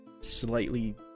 slightly